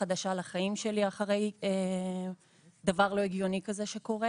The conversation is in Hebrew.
חדשה לחיים שלי אחרי דבר לא הגיוני כזה שקורה,